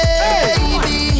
baby